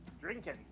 drinking